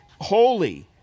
holy